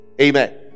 Amen